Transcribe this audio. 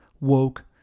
woke